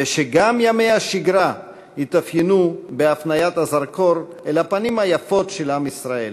ושגם ימי השגרה יתאפיינו בהפניית הזרקור אל הפנים היפות של עם ישראל.